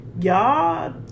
y'all